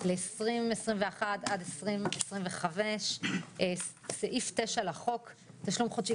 לשנים 2021 עד 2025 - סעיף 9 לחוק (תשלום חודשי